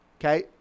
okay